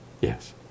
Yes